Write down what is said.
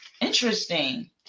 Interesting